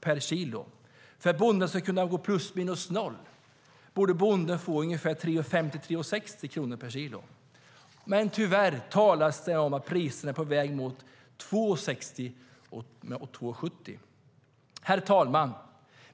per kilo. För att kunna gå plus minus noll borde bonden få ungefär 3,50-3,60 kronor per kilo. Men tyvärr talas det om att priserna är på väg ned mot 2,60-2,70.Herr talman!